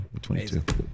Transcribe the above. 22